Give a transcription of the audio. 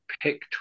pick